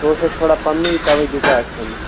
سُہ اوس اَسہِ تھوڑا پَنٛنُے تَوَے دِژاے اَسہِ تٔمِس